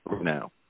Now